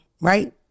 right